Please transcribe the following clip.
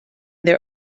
their